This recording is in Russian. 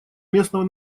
местного